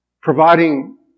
Providing